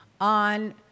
on